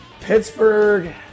Pittsburgh